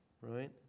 right